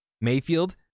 Mayfield